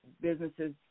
businesses